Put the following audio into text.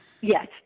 Yes